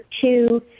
two